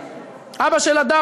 אבא של הדר,